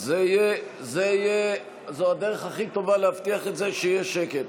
זו הדרך הכי טובה להבטיח שיהיה שקט.